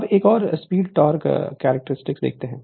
Refer Slide Time 2400 अब एक और स्पीड टोक़ विशेषता है